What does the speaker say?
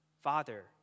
Father